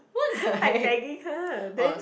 like tagging her then